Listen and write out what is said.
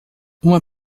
uma